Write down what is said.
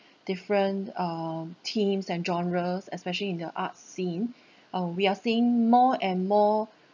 different um themes and genres especially in the arts scene uh we are seeing more and more